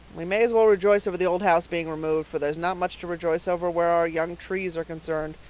we may as well rejoice over the old house being removed, for there's not much to rejoice over where our young trees are concerned.